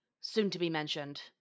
soon-to-be-mentioned